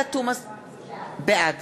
בעד